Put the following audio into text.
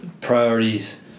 priorities